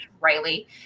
Riley